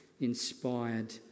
inspired